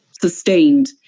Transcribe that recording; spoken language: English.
sustained